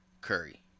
Curry